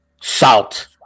Salt